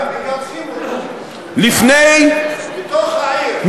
מגרשים, בתוך העיר.